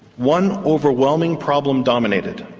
one overwhelming problem dominated.